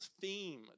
theme